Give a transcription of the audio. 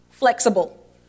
Flexible